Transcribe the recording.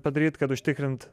padaryt kad užtikrint